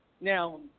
Now